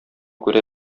күрә